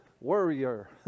warrior